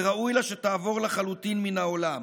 וראוי לה שתעבור לחלוטין מן העולם.